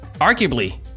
arguably